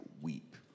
weep